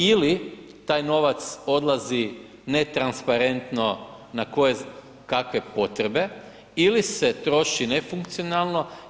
Ili taj novac odlazi netransparentno na koje kakve potrebe ili se troši nefunkcionalno.